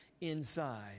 inside